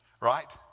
right